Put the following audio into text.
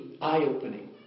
eye-opening